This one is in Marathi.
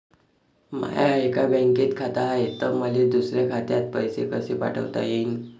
माय एका बँकेत खात हाय, त मले दुसऱ्या खात्यात पैसे कसे पाठवता येईन?